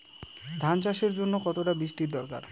ধান চাষের জন্য কতটা বৃষ্টির দরকার?